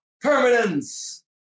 Permanence